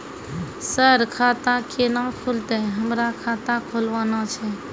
Sir खाता केना खुलतै, हमरा खाता खोलवाना छै?